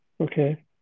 Okay